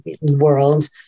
world